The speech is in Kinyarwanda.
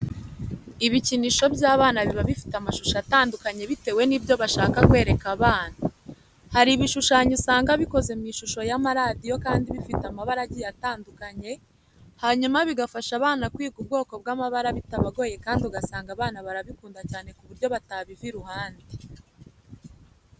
Ibikinisho by'abana biba bifite amashusho atandukanye bitewe n'ibyo bashaka kwereka abana. Hari ibishushanyo usanga bikoze mu ishusho y'amaradiyo kandi bifite amabara agiye atandukanye, hanyuma bigafasha abana kwiga ubwoko bw'amabara bitabagoye kandi ugasanga abana barabikunda cyane ku buryo batabiva iruhande.